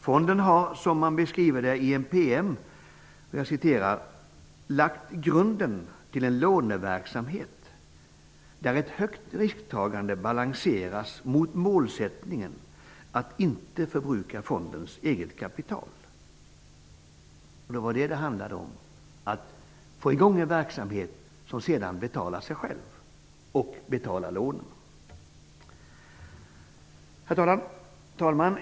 Genom den här fonden är det så, som det beskrivs i ett PM, ''att grunden är lagd till en låneverksamhet där ett högt risktagande balanseras mot målsättningen att inte förbruka fondens eget kapital''. Vad det handlade om var just att få i gång en verksamhet som sedan betalar sig själv och även lånen. Herr talman!